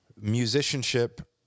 musicianship